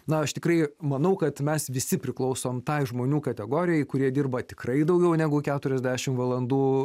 na aš tikrai manau kad mes visi priklausom tai žmonių kategorijai kurie dirba tikrai daugiau negu keturiasdešim valandų